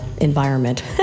environment